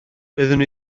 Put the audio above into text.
doeddwn